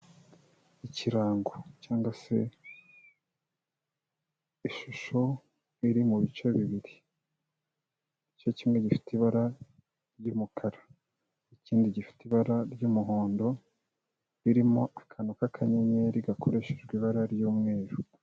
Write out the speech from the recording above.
Ikirango cyangwa se ishusho iri mu bice bibiri. Igice kimwe gifite ibara ry'umukara. Ikindi gifite ibara ry'umuhondo ririmo akantu k'akanyenyeri gakoreshejwe ibara ry'umweru.